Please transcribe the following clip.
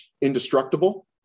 indestructible